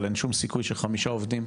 אבל אין שום סיכוי שחמישה עובדים,